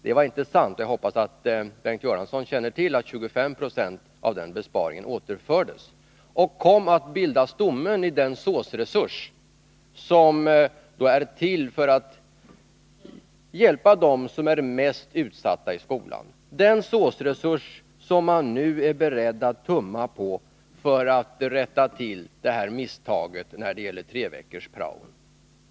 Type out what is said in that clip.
Det var inte sant, och jag hoppas att Bengt Göransson känner till att 25 96 av den besparingen återfördes och kom att bilda stommen i den SÅS-resurs som är till för att hjälpa dem som är mest utsatta i skolan, den SÅS-resurs som man nu är beredd att tumma på för att rätta till det här misstaget när det gäller treveckors-praon.